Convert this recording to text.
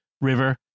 River